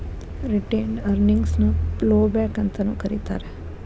retained earnings ನ ploughback ಅಂತಾನೂ ಕರೇತಾರ